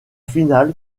finale